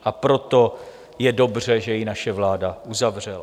A proto je dobře, že ji naše vláda uzavřela.